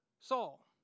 Saul